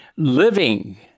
Living